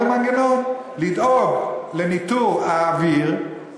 יש לי כבר רעיון למנגנון: לדאוג לניטור האוויר,